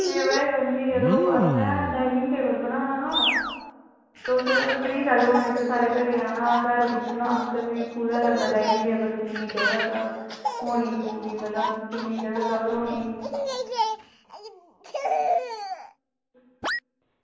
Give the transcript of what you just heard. सेवा गै करनी ही यरो असें डाईनिंग टेबल बनाना हा तुस फ्री कैलूं होन्ने तुस साढ़े घरे आना घर दिक्खना हा तुसैं फ्ही कुत्थै लगदा डाईनिंग टेबल किन्नी जगह होनी पूरी मतलब किन्नी जगह कवर होनी